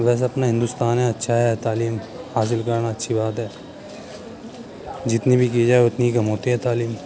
ویسے اپنا ہندوستان ہے اچھا ہے تعلیم حاصل کرنا اچھی بات ہے جتنی بھی کی جائے اتنی کم ہوتی ہے تعلیم